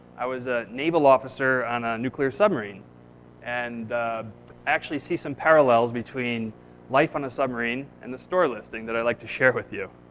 i was a naval officer on a nuclear submarine and actually see some parallels between life on a submarine and a store listing, that i'd like to share with you.